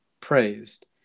praised